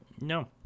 No